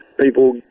people